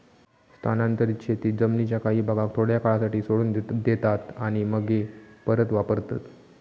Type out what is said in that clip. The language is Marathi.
स्थानांतरीत शेतीत जमीनीच्या काही भागाक थोड्या काळासाठी सोडून देतात आणि मगे परत वापरतत